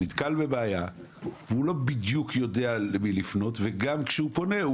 נתקל בבעיה והוא לא בדיוק יודע למי לפנות וגם כשהוא פונה,